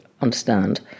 understand